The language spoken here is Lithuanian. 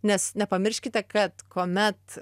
nes nepamirškite kad kuomet